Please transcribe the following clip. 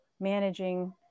managing